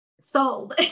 sold